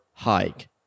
hike